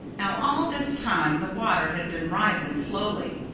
now, all this time the water had been rising slowly.